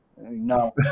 No